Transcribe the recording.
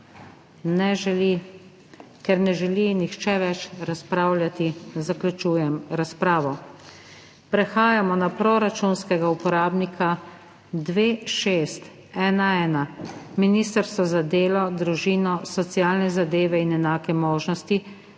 Ker ne želi nihče več razpravljati, zaključujem razpravo. Prehajamo na proračunskega uporabnika 2611 Ministrstvo za delo, družino, socialne zadeve in enake možnosti